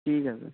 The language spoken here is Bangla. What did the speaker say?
ঠিক আছে